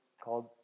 called